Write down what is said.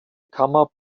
kammer